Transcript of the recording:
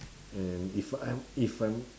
and if what I'm if I'm